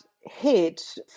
hit